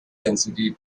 density